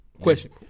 Question